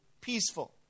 peaceful